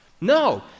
No